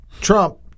trump